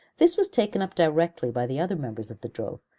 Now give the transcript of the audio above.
this was taken up directly by the other members of the drove,